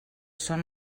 són